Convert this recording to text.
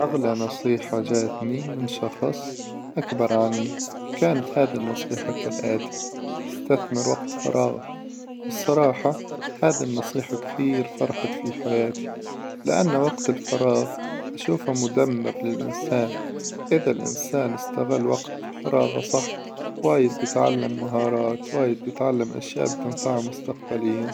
أغلى نصيحة جاتني من شخص أكبر عني كانت هذي النصيحة كالآتي: استثمر وقت فراغك، والصراحة هذي النصيحة كثير فرقت في حياتي، لأن وقت الفراغ أشوفه مدمر للإنسان، إذا الإنسان استغل وقت فراغة صح وايد بيتعلم مهارات، وايد بيتعلم أشياء بتنفعه مستقبليا.